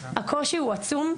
הקושי הוא עצום.